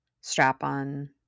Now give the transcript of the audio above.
strap-on